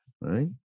right